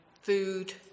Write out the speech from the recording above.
food